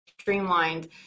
streamlined